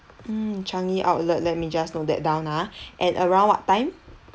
mm changi outlet let me just note that down ah at around what time